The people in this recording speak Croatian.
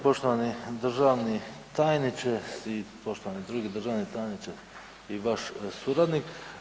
Poštovani državni tajniče i poštovani drugi državni tajniče i vaš suradnik.